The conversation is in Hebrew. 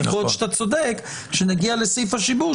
יכול להיות שאתה צודק שכאשר נגיע לסעיף השיבוש,